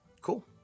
Cool